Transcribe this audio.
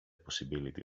possibility